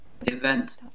event